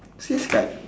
six card